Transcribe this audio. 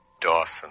Dawson